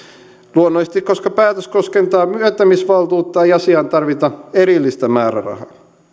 luonnollisesti koska päätös koskee myöntämisvaltuutta ei asiaan tarvita erillistä määrärahaa